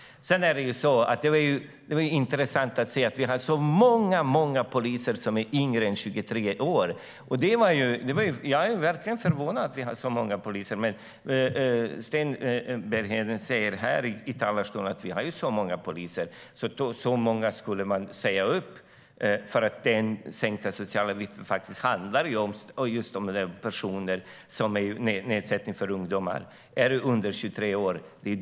Det var intressant att vi har så många poliser som är yngre än 23 år. Jag är verkligen förvånad att de är så många. Men Sten Bergheden säger här i talarstolen att vi har så många poliser och att så många poliser skulle sägas upp. Sänkningen av socialavgifterna handlar ju just om ungdomar under 23 år.